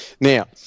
Now